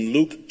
Luke